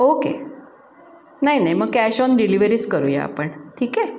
okay नाही नाही मग कॅश ऑन डिलिवरीच करूया आपण ठीक आहे